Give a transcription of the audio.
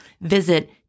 Visit